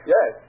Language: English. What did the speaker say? Yes